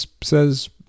says